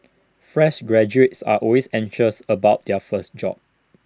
fresh graduates are always anxious about their first job